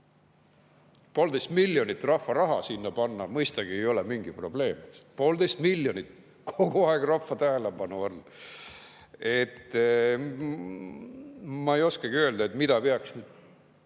poolteist miljonit rahva raha sinna panna mõistagi ei ole mingi probleem. Poolteist miljonit, ja kogu aeg rahva tähelepanu all! Ma ei oskagi öelda, mida peaks